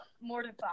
mortified